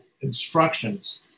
instructions